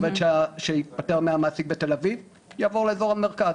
עובד שהתפטר מהמעסיק בתל אביב יעבור לאזור המרכז,